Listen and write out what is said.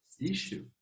issue